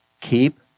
keep